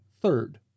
third